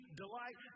delight